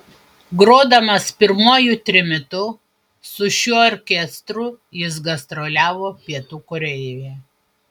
grodamas pirmuoju trimitu su šiuo orkestru jis gastroliavo pietų korėjoje